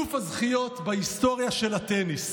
אלוף הזכיות בהיסטוריה של הטניס.